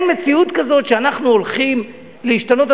אין מציאות כזאת שאנחנו הולכים להשתנות.